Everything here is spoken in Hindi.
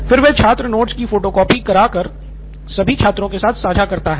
फिर वह छात्र नोट्स की फोटो कॉपी करा कर सभी छात्रों के साथ साझा करता है